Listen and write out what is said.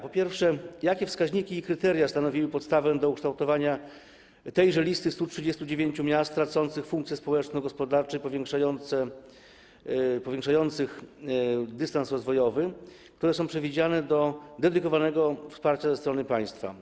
Po pierwsze, jakie wskaźniki i kryteria stanowiły podstawę do ukształtowania tejże listy 139 miast tracących funkcje społeczno-gospodarcze i powiększających dystans rozwojowy, które są przewidziane do dedykowanego wsparcia ze strony państwa?